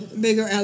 Bigger